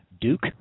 Duke